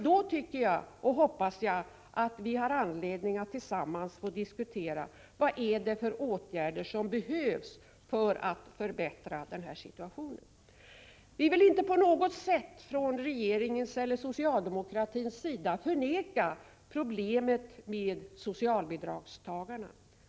Då hoppas jag att vi får anledning att tillsammans diskutera vad det är för åtgärder som behövs för att förbättra situationen. Vi vill inte på något sätt från regeringens och socialdemokratins sida förneka problemet med socialbidragstagarna.